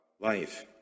life